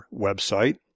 website